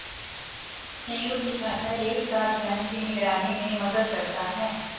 संयुक्त खाता एक साथ धन की निगरानी में मदद करता है